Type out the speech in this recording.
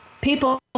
People